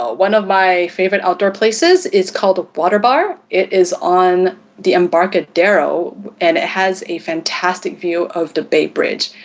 ah one of my favorite outdoor places is called the waterbar. it is on the embarcadero and it has a fantastic view of the bay bridge.